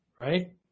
right